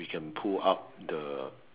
we can pull up the